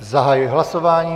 Zahajuji hlasování.